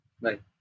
Right